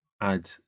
add